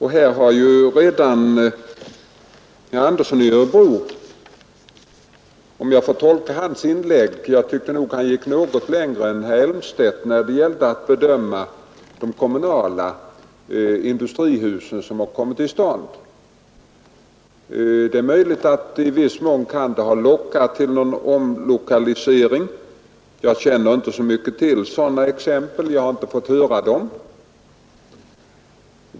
Herr Andersson i Örebro gick nog något längre än herr Elmstedt när det gäller bedömningen av de kommunala industrihus som kommit till stånd, men det är möjligt att de i viss mån kan ha lockat till omlokalisering. Jag känner inte så mycket till sådana exempel, ty jag har inte fått höra talas om dem.